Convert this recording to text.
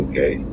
Okay